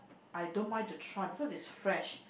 I don't mind to try because is fresh